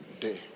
day